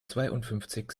zweiundfünfzig